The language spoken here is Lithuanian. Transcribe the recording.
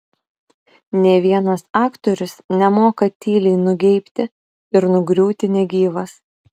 nė vienas aktorius nemoka tyliai nugeibti ir nugriūti negyvas